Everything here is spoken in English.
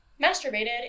masturbated